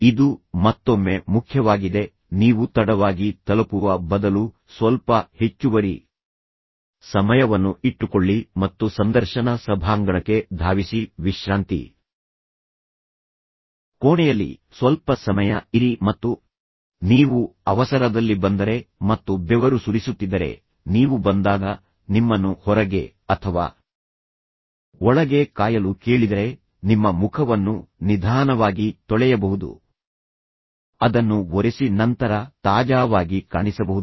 ಇದು ಮತ್ತೊಮ್ಮೆ ಮುಖ್ಯವಾಗಿದೆ ನೀವು ತಡವಾಗಿ ತಲುಪುವ ಬದಲು ಸ್ವಲ್ಪ ಹೆಚ್ಚುವರಿ ಸಮಯವನ್ನು ಇಟ್ಟುಕೊಳ್ಳಿ ಮತ್ತು ಸಂದರ್ಶನ ಸಭಾಂಗಣಕ್ಕೆ ಧಾವಿಸಿ ವಿಶ್ರಾಂತಿ ಕೋಣೆಯಲ್ಲಿ ಸ್ವಲ್ಪ ಸಮಯ ಇರಿ ಮತ್ತು ನೀವು ಅವಸರದಲ್ಲಿ ಬಂದರೆ ಮತ್ತು ಬೆವರು ಸುರಿಸುತ್ತಿದ್ದರೆ ನೀವು ಬಂದಾಗ ನಿಮ್ಮನ್ನು ಹೊರಗೆ ಅಥವಾ ಒಳಗೆ ಕಾಯಲು ಕೇಳಿದರೆ ನಿಮ್ಮ ಮುಖವನ್ನು ನಿಧಾನವಾಗಿ ತೊಳೆಯಬಹುದು ಅದನ್ನು ಒರೆಸಿ ನಂತರ ತಾಜಾವಾಗಿ ಕಾಣಿಸಬಹುದು